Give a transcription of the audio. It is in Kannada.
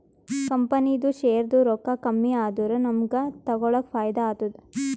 ಕಂಪನಿದು ಶೇರ್ದು ರೊಕ್ಕಾ ಕಮ್ಮಿ ಆದೂರ ನಮುಗ್ಗ ತಗೊಳಕ್ ಫೈದಾ ಆತ್ತುದ